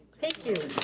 thank you.